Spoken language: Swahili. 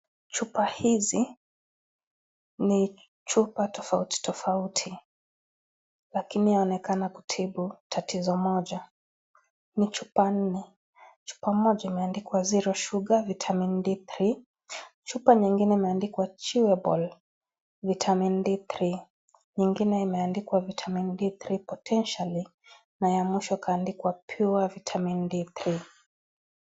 Chupa hizi ni chupa tofauti tofauti lakini ianaonekana kutibu tatizo moja ,ni chupa nne, chupa moja imeandikwa zero sugar vitamin D3 ,chupa nyingine imeandikwa chewable vitamin D3 , nyingine imeandikwa vitamin D3 potential na ya mwisho ikandikwa pure vitamin D3 .